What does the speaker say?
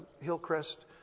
Hillcrest